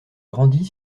grandit